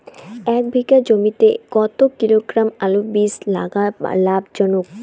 এক বিঘা জমিতে কতো কিলোগ্রাম আলুর বীজ লাগা লাভজনক?